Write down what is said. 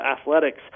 athletics